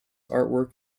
artwork